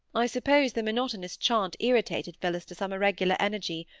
i suppose the monotonous chant irritated phillis to some irregular energy,